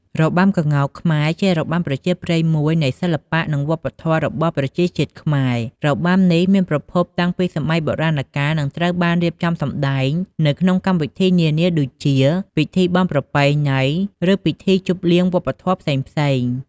របាំក្ងោកខ្មែរ ជារបាំប្រជាប្រិយមួយនៃសិល្បៈនិងវប្បធម៌របស់ប្រជាជាតិខ្មែរ របាំនេះមានប្រភពតាំងសម័យបុរាណនិងត្រូវបានរៀបចំសម្ដែងនៅក្នុងកម្មវិធីនានា ដូចជា ពិធីបុណ្យប្រពៃណី ឬពិធីជប់លៀងវប្បធម៏ផ្សេងៗ។